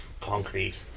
concrete